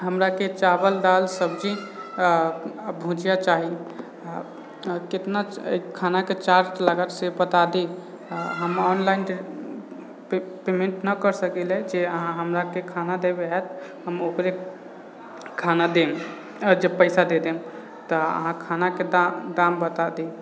हमराके चावल दाल सब्जी भुजिआ चाही कतना खानाके चार्ज लागत से बता दी हम ऑनलाइन पेमेन्ट नहि करि सकिलै जे अहाँके हमरा खाना देबे आएत हम ओकरे खाना देम पैसा दे देम तऽ अहाँ खानाके दाम बता दी